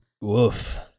woof